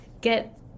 get